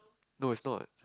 no it's not